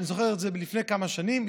אני זוכר את זה לפני כמה שנים,